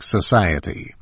Society